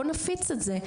אז בוא נפיץ את זה.